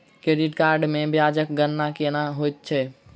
credit card मे ब्याजक गणना केना होइत छैक